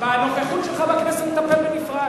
תלך לקדם חוקים בלוב.